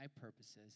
purposes